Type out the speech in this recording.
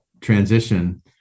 transition